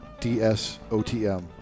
DSOTM